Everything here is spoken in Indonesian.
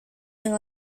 yang